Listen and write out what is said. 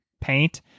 paint